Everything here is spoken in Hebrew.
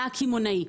לקמעוני,